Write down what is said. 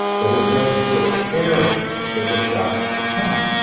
but it does prepare us for the shocks to come.